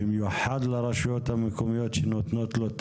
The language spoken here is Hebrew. במיוחד לרשויות המקומיות שנותנות לו את